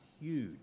huge